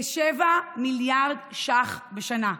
כ-7 מיליארד ש"ח בשנה,